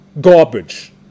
Garbage